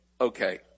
okay